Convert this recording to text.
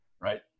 right